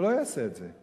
הוא לא יעשה את זה,